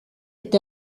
est